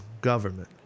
government